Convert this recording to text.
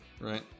right